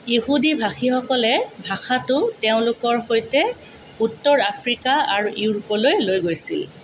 ইহুদী ভাষীসকলে ভাষাটো তেওঁলোকৰ সৈতে উত্তৰ আফ্ৰিকা আৰু ইউৰোপলৈ লৈ গৈছিল